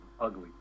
ugly